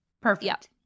perfect